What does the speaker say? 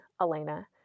Elena